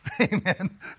amen